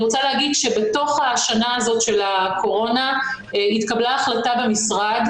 אני רוצה להגיד שבתוך השנה הזאת של הקורונה התקבלה החלטה במשרד,